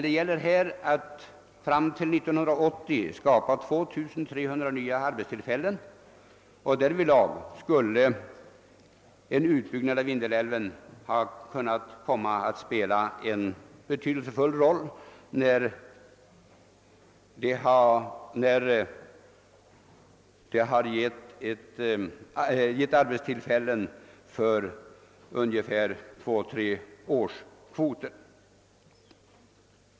Det gäller emellertid att fram till 1980 skapa 2 300 nya arbetstillfällen, och därvidlag skulle en utbyggnad av Vindelälven kunna komma att spela en betydelsefull roll, emedan den skulle ge arbetstillfällen motsvarande kvoterna för två till tre år.